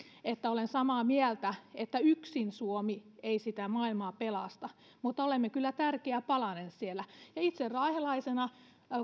että olen samaa mieltä että yksin suomi ei sitä maailmaa pelasta mutta olemme kyllä tärkeä palanen siellä itse raahelaisena